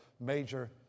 major